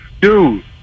dude